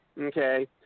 Okay